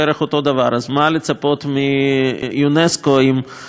אז למה לצפות מאונסק"ו אם בערך,